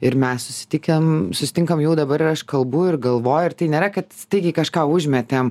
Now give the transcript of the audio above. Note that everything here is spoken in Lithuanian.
ir mes susitikę susitinkam jau dabar ir aš kalbu ir galvoju ir tai nėra kad staigiai kažką užmetėm